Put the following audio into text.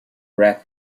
rap